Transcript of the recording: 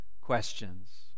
questions